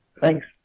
Thanks